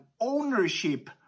ownership